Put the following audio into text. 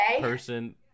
person